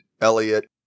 Elliot